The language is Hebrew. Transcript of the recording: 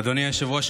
אדוני היושב-ראש,